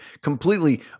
completely